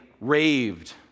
raved